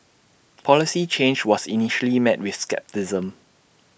the policy change was initially met with scepticism